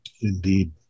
Indeed